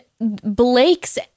Blake's